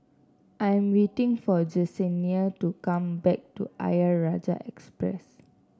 I am waiting for Jesenia to come back to Ayer Rajah Expressway